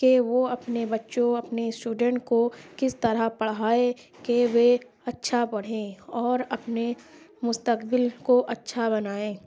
کہ وہ اپنے بچوں اپنے اسٹوڈنٹ کو کس طرح پڑھائے کہ وے اچھا پڑھیں اور اپنے مستقبل کو اچھا بنائیں